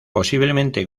posiblemente